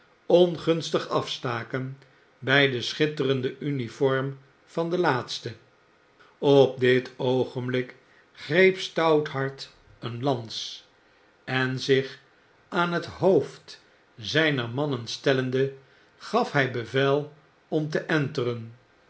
ongunstig afstaken by de schitterende uniform van den laatsten op dit oogenblik greep stouthart een lans en zich aan het hoofd zyner mannen stellende gaf hy bevel om te